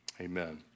Amen